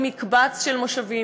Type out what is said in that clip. עם מקבץ של מושבים,